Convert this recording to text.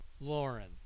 Lauren